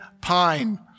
pine